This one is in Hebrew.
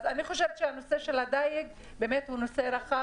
אז אני חושבת שהנושא של הדייג הוא נושא רחב,